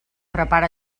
prepara